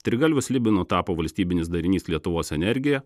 trigalviu slibinu tapo valstybinis darinys lietuvos energija